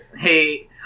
hey